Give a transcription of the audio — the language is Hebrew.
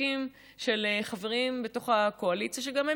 חוקים של חברים בתוך הקואליציה שגם הם